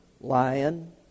lion